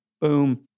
boom